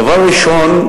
דבר ראשון,